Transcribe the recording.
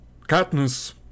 Katniss